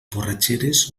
borratxeres